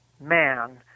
man